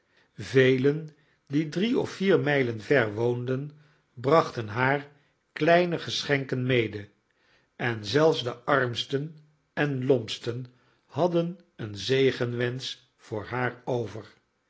velen die drie of vier mijlen ver woonden brachten haar kleine geschenken mede en zelfs de armsten en lompsten hadden een zegenwensch voor haar over